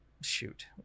shoot